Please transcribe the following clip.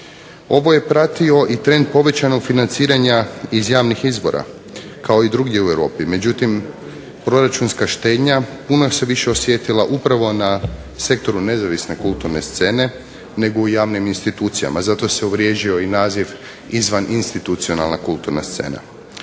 Oboje prati i trend povećanog financiranja iz javnih izvora kao i drugdje u Europi, međutim proračunska štednja puno se više osjetila upravo na sektoru nezavisne kulturne scene nego u javnim institucijama. Zato se uvrježio i naziv izvaninstitucionalna kulturna scena.